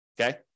okay